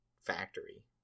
factory